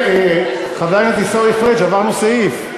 חבר הכנסת עיסאווי פריג', עברנו סעיף.